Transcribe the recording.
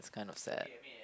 it's kind of sad